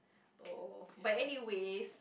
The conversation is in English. oh but anyways